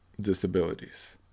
disabilities